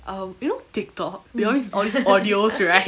um you know tiktok they always all these audios right